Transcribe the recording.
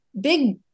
big